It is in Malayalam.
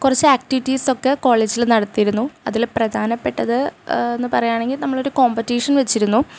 കുറച്ച് ആക്ടിവിറ്റീസ് ഒക്കെ കോളേജിൽ നടത്തിയിരുന്നു അതിൽ പ്രധാനപ്പെട്ടത് എന്ന് പറയുകയാണെങ്കിൽ നമ്മളൊരു കോമ്പറ്റീഷൻ വെച്ചിരുന്നു